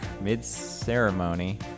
mid-ceremony